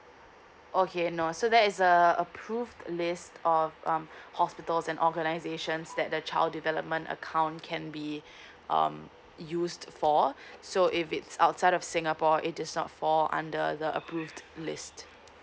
okay no so that is a approved list of um hospitals and organizations that the child development account can be um used for so if it's outside of singapore it is not fall under the approved list